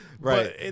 Right